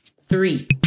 Three